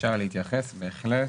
אפשר להתייחס, בהחלט.